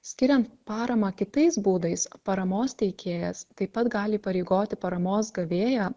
skiriant paramą kitais būdais paramos teikėjas taip pat gali įpareigoti paramos gavėją